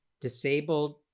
disabled